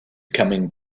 coming